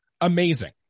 amazing